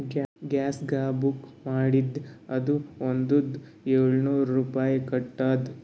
ಗ್ಯಾಸ್ಗ book ಮಾಡಿದ್ದೆ ಅದು ಬಂದುದ ಏಳ್ನೂರ್ ರುಪಾಯಿ ಕಟ್ಟುದ್